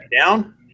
down